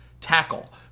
Tackle